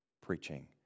preaching